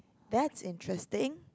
that's interesting